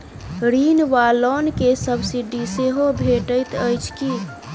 ऋण वा लोन केँ सब्सिडी सेहो भेटइत अछि की?